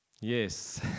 yes